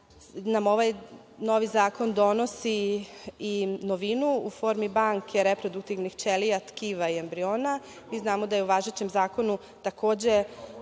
nam ovaj novi zakon donosi i novinu u formi banke reproduktivnih ćelija, tkiva i embriona. Znamo da je u važećem zakonu takođe